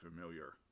familiar